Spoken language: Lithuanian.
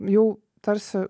jau tarsi